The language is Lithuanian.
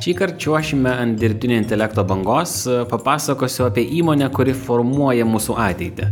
šįkart čiuošime ant dirbtinio intelekto bangos papasakosiu apie įmonę kuri formuoja mūsų ateitį